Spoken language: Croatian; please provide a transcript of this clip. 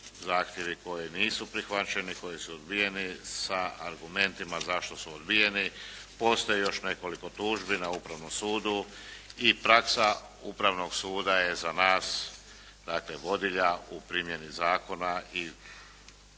zahtjevi koji nisu prihvaćeni, koji su odbijeni sa argumentima zašto su odbijeni. Postoji još nekoliko tužbi na Upravnom sudu i praksa Upravnog suda je za nas dakle vodilja u primjeni zakona i